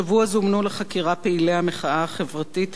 השבוע זומנו לחקירה פעילי המחאה החברתית